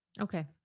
Okay